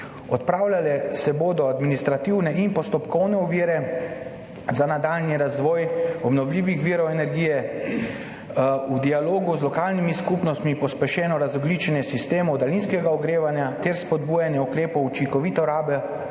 Odpravljale se bodo administrativne in postopkovne ovire za nadaljnji razvoj obnovljivih virov energije v dialogu z lokalnimi skupnostmi, pospešeno razogljičenje sistemov daljinskega ogrevanja ter spodbujanje ukrepov učinkovite rabe